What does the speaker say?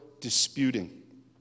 disputing